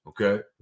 okay